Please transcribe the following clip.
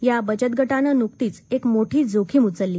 या बचत गटानं नुकतीच एक मोठी जोखिम उचलली